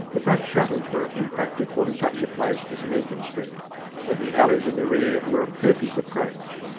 the front shutters were impracticable in such a place as meakin street but the alleys in the rear were a perfect approach.